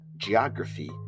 geography